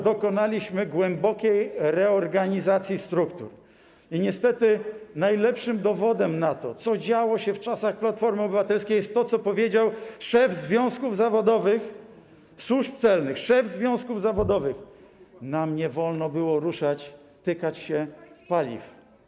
Dokonaliśmy głębokiej reorganizacji struktur i niestety najlepszym dowodem na to, co działo się w czasach Platformy Obywatelskiej, jest to, co powiedział szef związków zawodowych służb celnych: nam nie wolno było ruszać, tykać się paliw.